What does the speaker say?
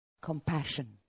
compassion